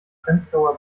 prenzlauer